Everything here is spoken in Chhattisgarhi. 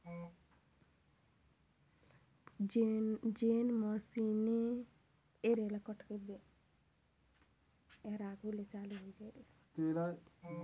जेन मइनसे ल ए.टी.एम मसीन म जायके पइसा जमा करना हे तेमन उंहा ले जायके पइसा जमा करथे